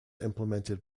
implemented